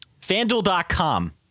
FanDuel.com